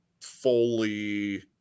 fully